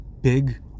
big